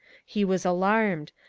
he was alarmed,